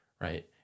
right